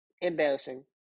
Embarrassing